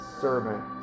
servant